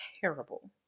terrible